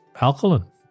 alkaline